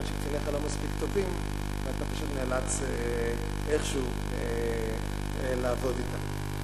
שקציניך לא מספיק טובים ואתה פשוט נאלץ איכשהו לעבוד אתם.